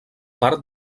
part